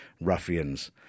ruffians